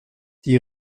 die